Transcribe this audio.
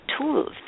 tools